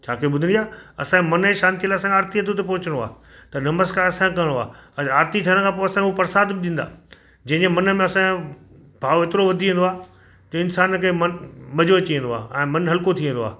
तव्हांखे ॿुधिणी आहे असांजी मन जी शांतीअ लाइ असांखे आरितीअ ते हुते पहुचणो आहे त नमस्कार असांखे करिणो आहे आरिती थियण खां पोइ हू असांखे प्रसाद बि ॾींदा जंहिं जे मन में असांजो भाव एतिरो वधी वेंदो आहे कि इंसान खे माना मज़ो अची वेंदो आहे ऐं मनु हल्को थी वेंदो आहे